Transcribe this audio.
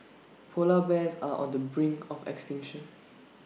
Polar Bears are on the brink of extinction